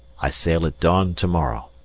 i sail at dawn to-morrow.